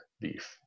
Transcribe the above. beef